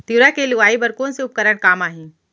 तिंवरा के लुआई बर कोन से उपकरण काम आही?